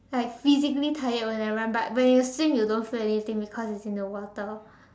like physically tired when I run but when you swim you don't feel anything because it's in the water